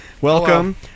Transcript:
welcome